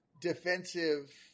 defensive